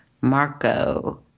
Marco